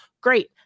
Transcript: great